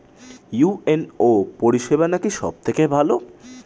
UNO পরিসেবা নাকি সব থেকে ভালো?